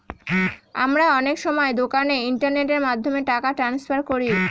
আমরা অনেক সময় দোকানে ইন্টারনেটের মাধ্যমে টাকা ট্রান্সফার করি